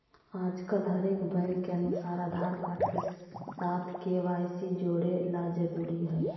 आजकल हरेक बैंक के अनुसार आधार के साथ के.वाई.सी जोड़े ल जरूरी हय